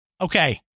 okay